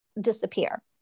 disappear